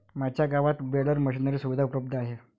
माझ्या गावात baler machinery सुविधा उपलब्ध आहे